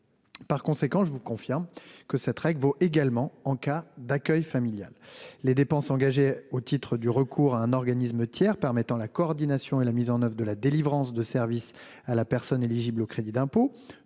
Par conséquent, je vous confirme que cette règle vaut également en cas d'accueil familial. Les dépenses engagées au titre du recours à un organisme tiers permettant la coordination et la mise en oeuvre de la délivrance de services à la personne éligibles au crédit d'impôt,